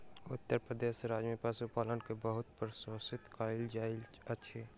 उत्तर प्रदेश राज्य में पशुपालन के बहुत प्रोत्साहित कयल जाइत अछि